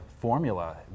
formula